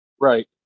Right